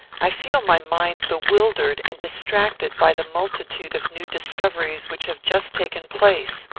i feel my mind bewildered and distracted by the multitude of new discoveries which have just taken place.